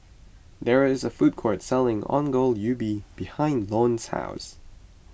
there is a food court selling Ongol Ubi behind Lone's house